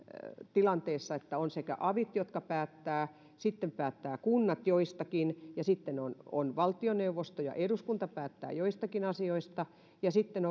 tilanteessa ovat avit jotka päättävät sitten kunnat päättävät joistakin asioista sitten ovat valtioneuvosto ja eduskunta jotka päättävät joistakin asioista ja kun sitten